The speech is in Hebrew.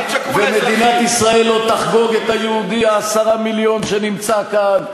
מדינת ישראל עוד תחגוג את היהודי ה-10 מיליון שנמצא כאן,